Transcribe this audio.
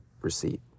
receipt